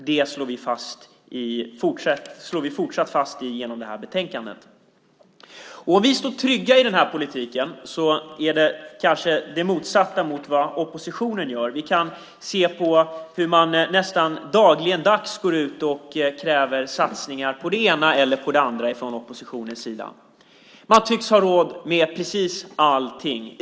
Det slår vi fortsatt fast genom detta betänkande. Vi står trygga i vår politik. Det motsatta gäller för oppositionen. Vi kan se hur man nästan dagligen går ut och kräver satsningar på det ena eller det andra. Man tycks ha råd med precis allt.